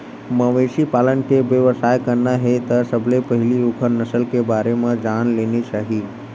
मवेशी पालन के बेवसाय करना हे त सबले पहिली ओखर नसल के बारे म जान लेना चाही